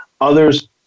Others